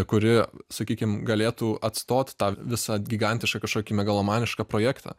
kuri sakykim galėtų atstot tą visą gigantišką kažkokį megalomanišką projektą